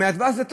הדבש זה טוב,